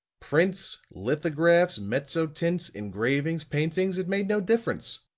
prints, lithographs, mezzo-tints, engravings, paintings, it made no difference.